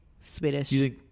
Swedish